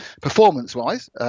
performance-wise